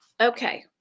Okay